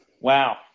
Wow